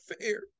fair